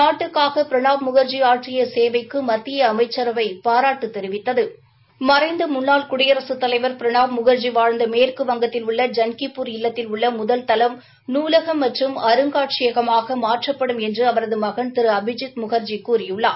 நாட்டுக்காக பிரணாப் முகாஜி ஆற்றிய சேவைக்கு மத்திய அமைச்சரவை பாராட்டு தெரிவித்தது மறைந்த முன்னாள் குடியரசுத் தலைவர் பிரணாப் முகாஜி வாழ்ந்த மேற்குவங்கத்தில் உள்ள ஜன்கிபூர் இல்லத்தில் உள்ள முதல் தளம் நூலகம் மற்றும் அருங்காட்சியமாக மாற்றப்படும் என்று அவரது மகன் திரு அபிஜித் முகர்ஜி கூறியுள்ளார்